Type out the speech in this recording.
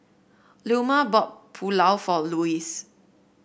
Leoma bought Pulao for Lois